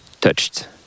touched